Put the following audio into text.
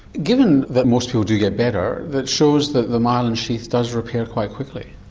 given that most people do get better, that shows that the myelin sheath does repair quite quickly.